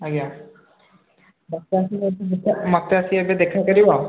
ଆଜ୍ଞା ମୋତେ ଆସି ମୋତେ ଆସି ଏବେ ଦେଖା କରିବ